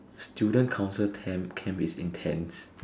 student council camp is intense